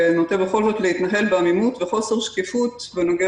נוטה בכל זאת להתנהל בעמימות ובחוסר שקיפות בנוגע